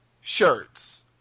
shirts